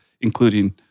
including